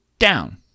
Down